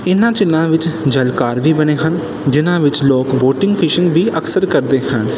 ਇਨ੍ਹਾਂ ਝੀਲਾਂ ਵਿੱਚ ਜਲ ਘਰ ਵੀ ਬਣੇ ਹਨ ਜਿਨ੍ਹਾਂ ਵਿੱਚ ਲੋਕ ਬੋਟਿੰਗ ਫਿਸ਼ਿੰਗ ਵੀ ਅਕਸਰ ਕਰਦੇ ਹਨ